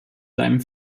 seinem